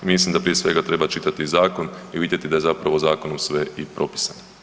Mislim da prije svega treba čitati zakon i vidjeti da je zapravo u zakonu sve i propisano.